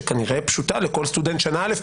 שכנראה פשוטה לכל סטודנט שנה א'.